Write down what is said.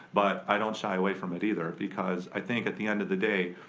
but i don't shy away from it either. because i think at the end of the day,